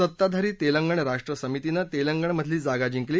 सत्ताधारी तेलंगणा राष्ट्र समितीनं तेलंगणामधली जागा जिंकली